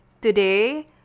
Today